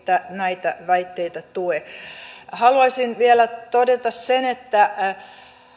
näitä väitteitä tue haluaisin vielä todeta sen että